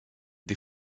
des